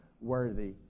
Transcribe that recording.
worthy